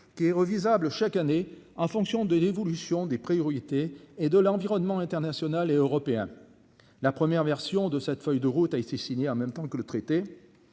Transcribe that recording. Qui est révisable chaque année en fonction de l'évolution des priorités et de l'environnement international et européen, la première version de cette feuille de route a été signé en même temps que le traité